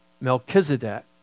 Melchizedek